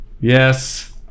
Yes